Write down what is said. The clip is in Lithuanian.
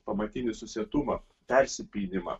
pamatinį susietumą persipynimą